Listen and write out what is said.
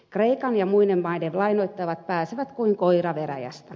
kreikan ja muiden maiden lainoittajat pääsevät kuin koira veräjästä